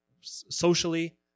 socially